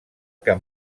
que